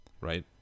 right